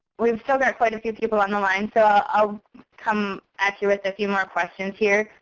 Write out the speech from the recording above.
but and still got quite a few people on the line, so i'll come at you with a few more questions here.